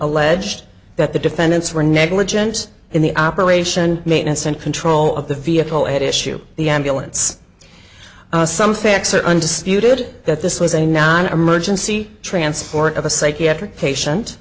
alleged that the defendants were negligent in the operation maintenance and control of the vehicle at issue the ambulance some facts are undisputed that this was a non emergency transport of a psychiatric patient